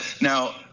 now